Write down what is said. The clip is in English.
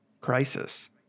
Crisis